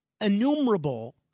innumerable